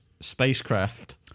spacecraft